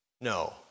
No